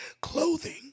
clothing